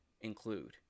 include